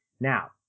Now